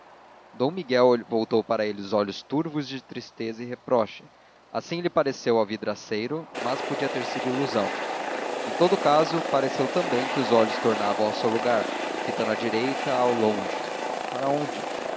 d miguel voltou para ele os olhos turvos de tristeza e reproche assim lhe pareceu ao vidraceiro mas podia ter sido ilusão em todo caso pareceu também que os olhos tornavam ao seu lugar fitando à direita ao longe para onde